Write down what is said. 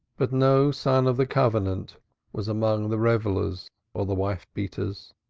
but no son of the covenant was among the revellers or the wife-beaters